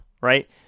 right